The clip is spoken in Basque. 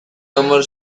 hamar